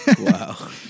Wow